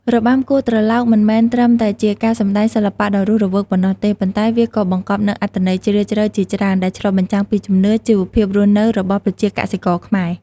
របាំគោះត្រឡោក មិនមែនត្រឹមតែជាការសម្តែងសិល្បៈដ៏រស់រវើកប៉ុណ្ណោះទេ ប៉ុន្តែវាក៏បង្កប់នូវអត្ថន័យជ្រាលជ្រៅជាច្រើន ដែលឆ្លុះបញ្ចាំងពីជំនឿ ជីវភាពរស់នៅរបស់ប្រជាកសិករខ្មែរ។